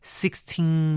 sixteen